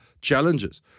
challenges